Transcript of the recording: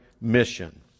mission